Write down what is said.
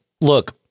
look